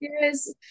Yes